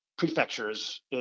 Prefectures